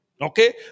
Okay